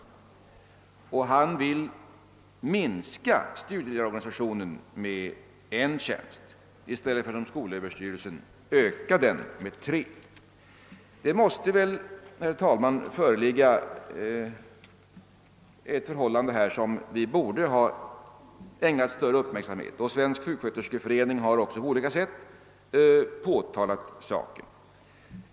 Han vill vidare minska studieorganisationen med en tjänst, medan skolöverstyrelsen velat öka den med tre. Det måste här, herr talman, föreligga ett förhållande som vi borde ha ägnat större uppmärksamhet. Svensk sjuksköterskeförening har också på olika sätt påtalat saken.